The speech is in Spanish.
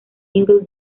single